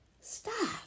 Stop